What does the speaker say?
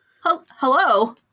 Hello